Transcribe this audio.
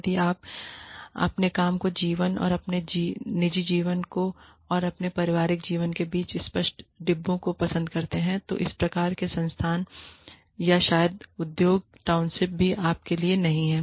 यदि आप अपने काम के जीवन और अपने निजी जीवन और अपने पारिवारिक जीवन के बीच स्पष्ट डिब्बों को पसंद करते हैं तो इस प्रकार के संस्थान या शायद उद्योग टाउनशिप भी आपके लिए नहीं हैं